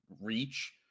reach